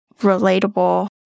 relatable